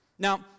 Now